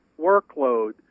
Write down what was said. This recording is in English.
workload